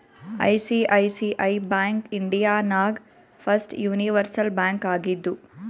ICICI bank India ನಾಗ್ first universal bank ಆಗಿದ್ದು